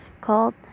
called